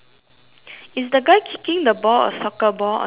is the guy kicking the ball a soccer ball on your picture